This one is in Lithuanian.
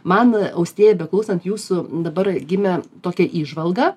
man austėja beklausant jūsų dabar gimė tokia įžvalga